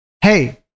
hey